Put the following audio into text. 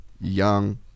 young